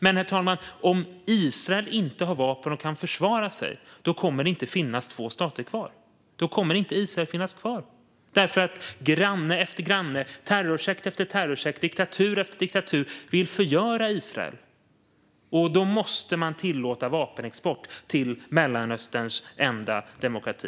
Men, herr talman, om Israel inte har vapen och kan försvara sig kommer det inte att finnas två stater kvar. Då kommer inte Israel att finnas kvar. Granne efter granne, terrorsekt efter terrorsekt och diktatur efter diktatur vill förgöra Israel, och då måste man tillåta vapenexport till Mellanösterns enda demokrati.